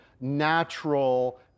natural